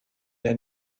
der